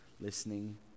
listening